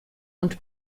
und